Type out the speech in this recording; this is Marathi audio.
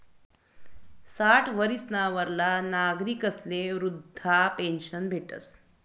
साठ वरीसना वरला नागरिकस्ले वृदधा पेन्शन भेटस